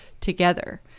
together